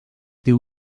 diu